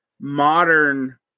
modern